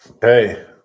Hey